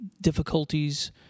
difficulties